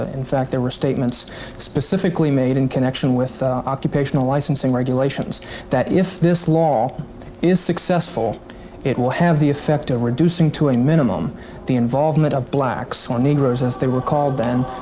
ah in fact there were statements specifically made in connection with occupational licensing regulations that if this law is successful it will have the effect of reducing to a minimum the involvement of blacks, or negroes, as they were called then,